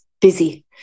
busy